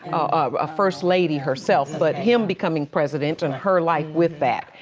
a first lady herself but him becoming president and her life with that.